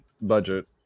budget